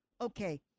okay